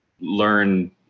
learn